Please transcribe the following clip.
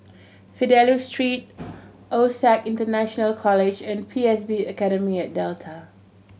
Fidelio Street OSAC International College and P S B Academy at Delta